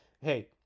hey